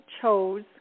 chose